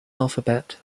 alphabet